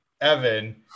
Evan